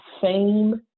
fame